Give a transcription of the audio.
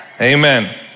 Amen